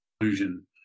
illusion